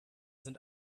sind